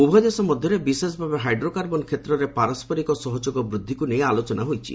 ଉଭୟ ଦେଶ ମଧ୍ୟରେ ବିଶେଷ ଭାବେ ହାଇଡ୍ରୋ କାର୍ବନ କ୍ଷେତ୍ରରେ ପାରସ୍କରିକ ସହଯୋଗ ବୃଦ୍ଧିକୁ ନେଇ ଆଲୋଚନା ହୋଇଛି